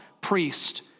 priest